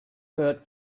her